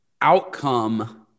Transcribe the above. outcome